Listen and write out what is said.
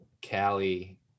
Cali